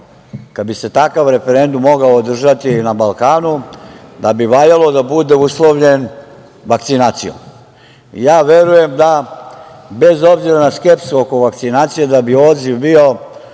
kada bi se takav referendum mogao održati na Balkanu da bi valjalo da bude uslovljen vakcinacijom. Verujem da bez obzira na skepsu oko vakcinacije da bi odziv bio